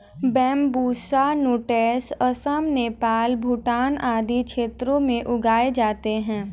Bambusa नूटैंस असम, नेपाल, भूटान आदि क्षेत्रों में उगाए जाते है